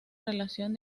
relación